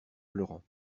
pleurant